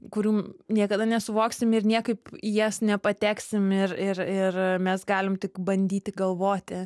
kurių niekada nesuvoksim ir niekaip į jas nepateksim ir ir ir mes galim tik bandyti galvoti